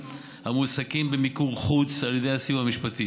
המועסקים במיקור חוץ על ידי הסיוע המשפטי.